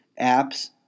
apps